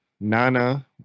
Nana